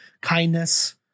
kindness